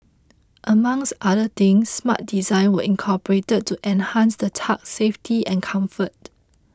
amongs other things smart designs were incorporated to enhance the tug's safety and comfort